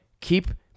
keep